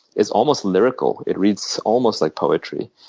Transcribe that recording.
is almost lyrical. it reads almost like poetry.